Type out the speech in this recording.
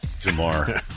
tomorrow